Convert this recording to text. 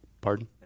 Pardon